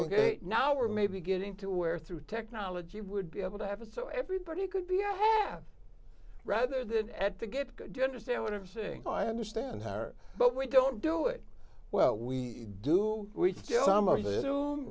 a now or maybe getting to where through technology would be able to have a so everybody could be yet rather than at the get go to understand what i'm saying i understand her but we don't do it well we do we still